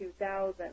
2000